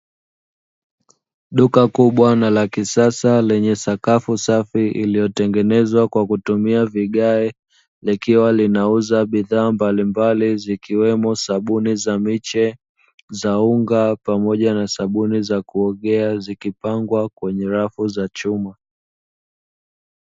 Duka kubwa na la kisasa lenye sakafu safi iliyotengenezwa kwa kutumia vigae, likiwa linauza bidhaa mbalimbali, zikiwemo sabuni za miche, za unga pamoja na sabuni za kuogea zikipangwa kwenye rafu za chuma.